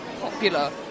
popular